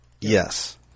Yes